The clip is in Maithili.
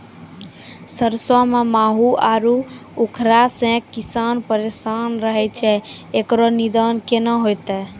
सरसों मे माहू आरु उखरा से किसान परेशान रहैय छैय, इकरो निदान केना होते?